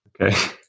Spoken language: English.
Okay